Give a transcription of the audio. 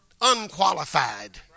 unqualified